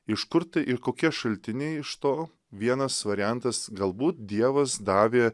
iš kur tai ir kokie šaltiniai iš to vienas variantas galbūt dievas davė